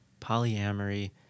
polyamory